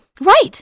Right